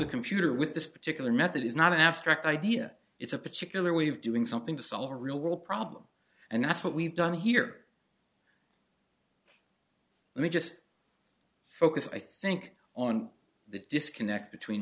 the computer with this particular method is not an abstract idea it's a particular way of doing something to solve a real world problem and that's what we've done here let me just focus i think on the disconnect between